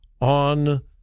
On